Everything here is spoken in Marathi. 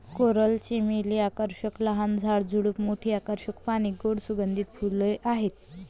कोरल चमेली आकर्षक लहान झाड, झुडूप, मोठी आकर्षक पाने, गोड सुगंधित फुले आहेत